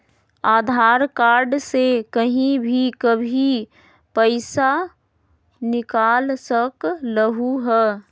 आधार card से कहीं भी कभी पईसा निकाल सकलहु ह?